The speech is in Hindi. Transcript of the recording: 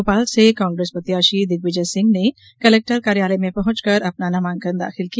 भोपाल से कांग्रेस प्रत्याषी दिग्विजय सिंह ने आज कलेक्टर कार्यालय पहुंचकर अपना नामांकन दाखिल किया